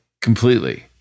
completely